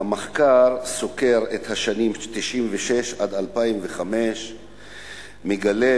והמחקר סוקר את השנים 1996 2005. הוא מגלה: